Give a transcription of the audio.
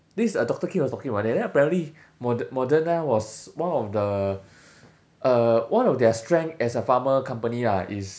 this uh doctor kim was talking about that then apparently mod~ moderna was one of the uh one of their strength as a pharma company lah is